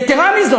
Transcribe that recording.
יתרה מזאת,